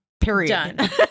period